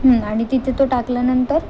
हं आणि तिथे तो टाकल्यानंतर